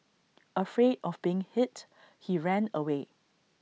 afraid of being hit he ran away